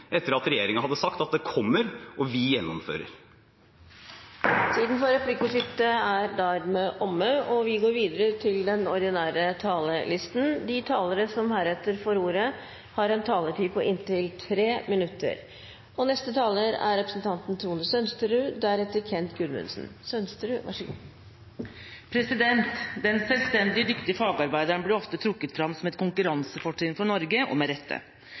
etter at regjeringen hadde sagt at det kommer, og vi gjennomfører. Replikkordskiftet er omme. De talere som heretter får ordet, har en taletid på inntil 3 minutter. Den selvstendige, dyktige fagarbeideren blir ofte trukket fram som et konkurransefortrinn for Norge – og med rette. Gode yrkesfagarbeidere er viktig for arbeidslivet, næringslivet, velferdsstaten – kort sagt for hele samfunnsutviklinga. Men det hjelper ikke med gode tiltak i én sektor dersom det undergraves av manglende tiltak eller tiltak med